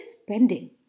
spending